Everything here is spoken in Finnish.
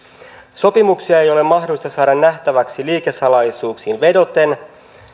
sopimuksia ei ole mahdollista saada nähtäväksi liikesalaisuuksiin vedoten